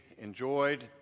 enjoyed